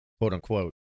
quote-unquote